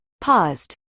paused